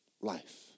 Life